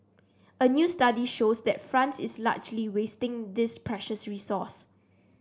a new study shows that France is largely wasting this precious resource